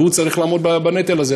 והוא צריך לעמוד בנטל הזה,